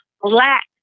black